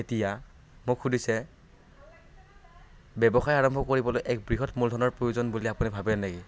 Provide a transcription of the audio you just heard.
এতিয়া মোক সুধিছে ব্যৱসায় আৰম্ভ কৰিবলৈ এক বৃহৎ মূলধনৰ প্ৰয়োজন বুলি আপুনি ভাবে নেকি